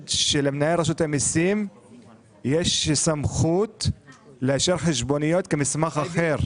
שלמנהל רשות המיסים יש סמכות לאשר חשבוניות כמסמך אחר.